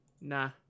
Nah